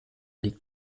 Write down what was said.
liegt